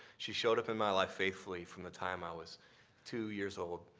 she showed up in my life faithfully from the time i was two years old.